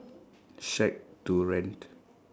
shack to rent